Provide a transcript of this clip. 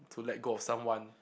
to let go of someone